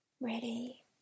ready